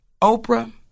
Oprah